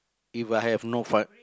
if I have no fun